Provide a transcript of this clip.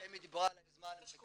אמי דיברה על היוזמה לחנינה.